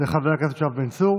לחבר הכנסת יואב בן צור.